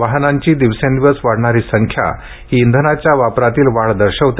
वाहनांची दिवसेंदिवस वाढणारी संख्या ही इंधनाच्या वापरात वाढ दर्शवते